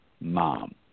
mom